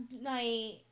night